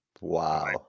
Wow